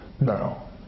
No